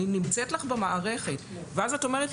היא נמצאת לך במערכת ואז את אומרת,